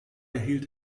erhielt